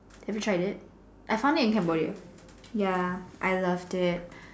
have you tried it I found it in Cambodia have you tried it ya I loved it